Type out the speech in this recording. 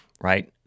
right